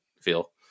feel